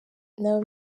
n’aba